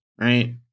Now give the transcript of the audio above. right